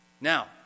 Now